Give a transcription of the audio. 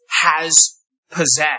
has-possessed